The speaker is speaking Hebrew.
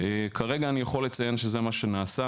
כרגע אני יכול לציין שזה מה שנעשה,